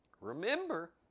Remember